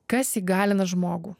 kas įgalina žmogų